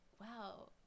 wow